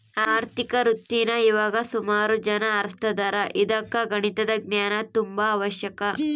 ಆರ್ಥಿಕ ವೃತ್ತೀನಾ ಇವಾಗ ಸುಮಾರು ಜನ ಆರಿಸ್ತದಾರ ಇದುಕ್ಕ ಗಣಿತದ ಜ್ಞಾನ ತುಂಬಾ ಅವಶ್ಯಕ